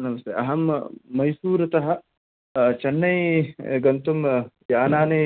नमस्ते अहं मैसूरतः चेन्नै गन्तुं यानानि